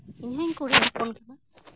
ᱤᱧᱦᱚᱧ ᱠᱩᱲᱤ ᱦᱚᱯᱚᱱ ᱠᱟᱱᱟ